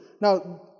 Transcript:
Now